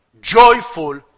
joyful